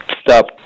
stop